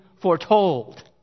foretold